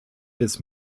des